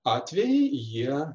atvejai jie